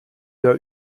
der